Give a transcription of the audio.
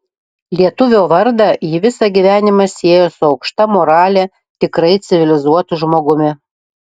lietuvio vardą ji visą gyvenimą siejo su aukšta morale tikrai civilizuotu žmogumi